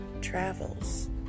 travels